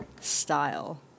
style